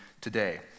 today